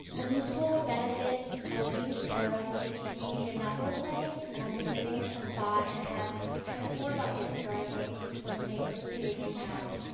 a new school would benefit our youth and the rest of the community in a number of ways and i've been giving it some thought and i have kind of four buckets where i think it's going to make a really big impact.